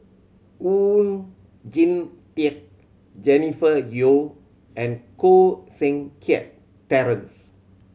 Oon Jin Teik Jennifer Yeo and Koh Seng Kiat Terence